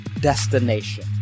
destination